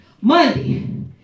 Monday